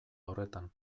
horretan